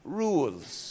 rules